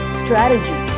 strategy